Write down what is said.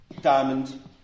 diamond